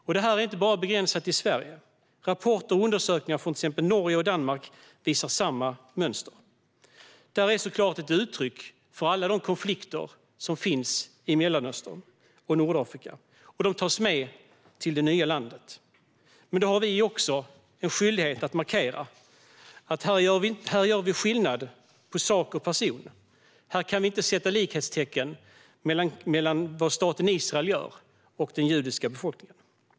Och detta är inte bara begränsat till Sverige. Rapporter och undersökningar från till exempel Norge och Danmark visar samma mönster. Det här är såklart ett uttryck för alla de konflikter som finns i Mellanöstern och Nordafrika. De tas med till det nya landet. Då har vi en skyldighet att markera att här gör vi skillnad på sak och person. Här kan vi inte sätta likhetstecken mellan staten Israel och vad den gör och den judiska befolkningen.